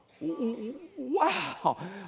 wow